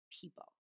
people